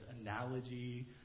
analogy